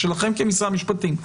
ושלכם כמשרד המשפטים,